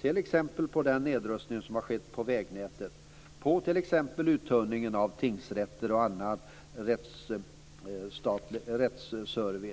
Det gäller t.ex. den nedrustning av vägnätet och den uttunning av tingsrätter och annan rättsservice som har skett.